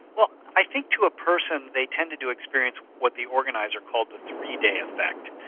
well i think to a person they tended to experience what the organiser called the three day effect,